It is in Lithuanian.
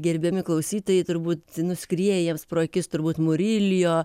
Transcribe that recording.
gerbiami klausytojai turbūt nuskrieja jiems pro akis turbūt murilijo